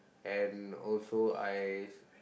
and also I